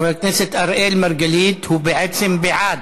חבר הכנסת מרגלית הוא בעצם בעד,